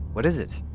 what is it?